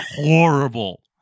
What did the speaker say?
horrible